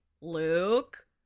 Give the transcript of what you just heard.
Luke